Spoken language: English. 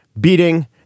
beating